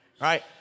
right